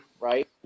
right